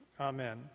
amen